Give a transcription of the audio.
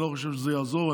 אני לא חושב שזה יעזור,